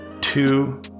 two